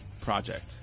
project